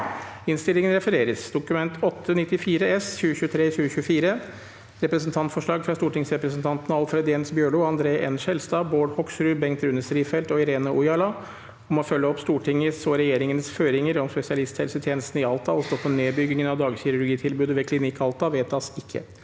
følgende v e d t a k : Dokument 8:94 S (2023–2024) – Representantforslag fra stortingsrepresentantene Alfred Jens Bjørlo, André N. Skjelstad, Bård Hoksrud, Bengt Rune Strifeldt og Irene Ojala om å følge opp Stortingets og regjeringens føringer om spesialisthelsetjenestene i Alta og stoppe nedbyggingen av dagkirurgi-tilbudet ved Klinikk Alta – vedtas ikke.